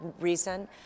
reason